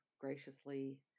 graciously